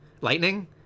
Lightning